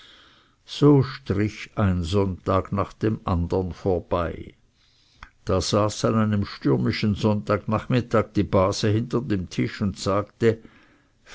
so strich ein sonntag nach dem andern vorbei da saß an einem stürmischen sonntagsnachmittag die base hinter dem tisch und sagte